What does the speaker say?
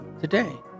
Today